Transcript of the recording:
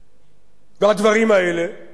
הדברים האלה נתמכים